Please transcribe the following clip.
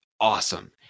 awesome